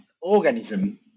organism